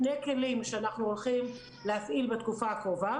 שני כלים שאנחנו הולכים להפעיל בתקופה הקרובה